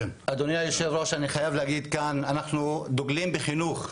אדוני היושב ראש, אנחנו דוגלים בחינוך,